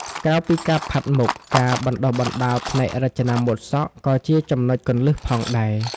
ក្រៅពីការផាត់មុខ ការបណ្តុះបណ្តាលផ្នែករចនាម៉ូដសក់ក៏ជាចំណុចគន្លឹះផងដែរ។